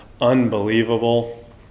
unbelievable